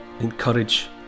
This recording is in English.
encourage